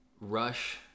Rush